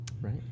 Right